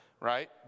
right